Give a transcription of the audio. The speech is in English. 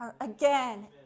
Again